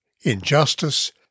injustice